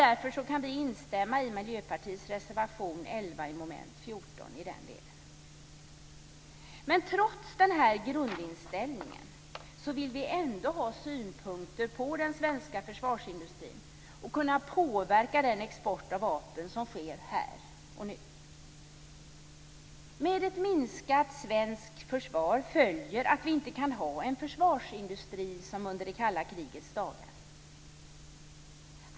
Därför kan vi instämma i Miljöpartiets reservation 11 under mom. 14 i den delen. Trots denna grundinställning vill vi ha synpunkter på den svenska försvarsindustrin. Vi vill kunna påverka den export av vapen som sker här och nu. Med ett minskat svenskt försvar följer att vi inte kan ha en försvarsindustri som under det kalla krigets dagar.